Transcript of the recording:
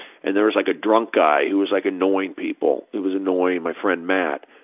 and there was like a drunk guy, he was like annoying people, he was annoying my friend matt.